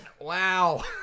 Wow